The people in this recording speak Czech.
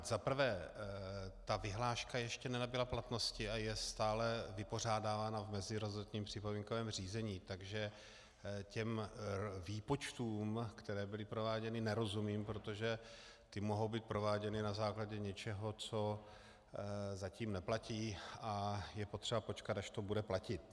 Za prvé, ta vyhláška ještě nenabyla platnosti a je stále vypořádávána v meziresortním připomínkovém řízení, takže těm výpočtům, které byly prováděny, nerozumím, protože ty mohou být prováděny na základě něčeho, co zatím neplatí, a je potřeba počkat, až to bude platit.